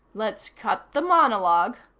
let's cut the monologue,